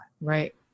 right